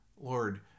Lord